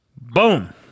Boom